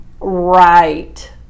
Right